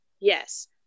Yes